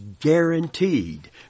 guaranteed